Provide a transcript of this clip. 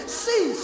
see